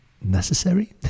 necessary